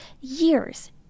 Years